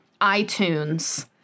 iTunes